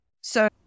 So-